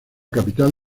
capital